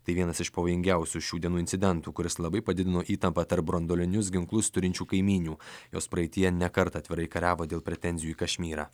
tai vienas iš pavojingiausių šių dienų incidentų kuris labai padidino įtampą tarp branduolinius ginklus turinčių kaimynių jos praeityje ne kartą atvirai kariavo dėl pretenzijų į kašmyrą